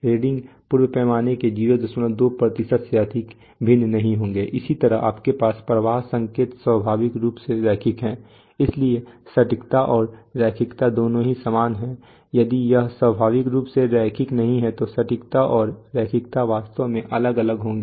reading पूर्ण पैमाने के ± 02 से अधिक भिन्न नहीं होंगे इसी तरह आपके पास प्रवाह संकेत स्वाभाविक रूप से रैखिक है इसलिए सटीकता और रैखिकता दोनों ही समान हैं यदि यह स्वाभाविक रूप से रैखिक नहीं है तो सटीकता और रैखिकता वास्तव में अलग अलग होंगे